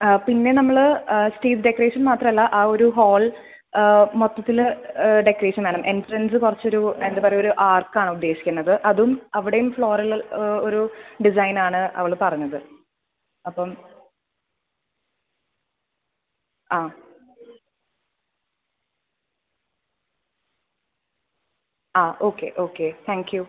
ആ പിന്നെ നമ്മൾ സ്റ്റേജ് ഡെക്കറേഷൻ മാത്രമല്ല ആ ഒരു ഹാൾ മൊത്തത്തിൽ ഡെക്കറേഷൻ വേണം എൻട്രൻസ് കുറച്ചൊരു എന്താപറയാ ഒരു ആർക്കാണ് ഉദ്ദേശിക്കുന്നത് അതും അവിടേം ഫ്ലോറൽ ഒരു ഡിസൈനാണു അവൾ പറഞ്ഞത് അപ്പം ആ ആ ഓക്കെ ഓക്കെ താങ്ക് യൂ